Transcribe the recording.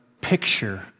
picture